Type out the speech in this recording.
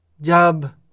jab